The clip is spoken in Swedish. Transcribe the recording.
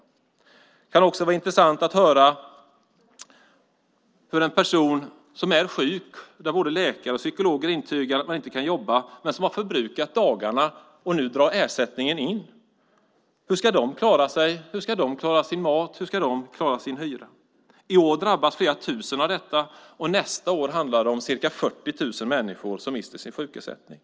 Det skulle också vara intressant att höra hur en person som är sjuk, och där både läkare och psykologer har intygat att personen i fråga inte kan jobba, och som har förbrukat sina sjukersättningsdagar ska klara sig. Hur ska denna person klara av att betala sin hyra och mat? I år drabbas flera tusen av detta, och nästa år handlar det om ca 40 000 människor som mister sin sjukersättning.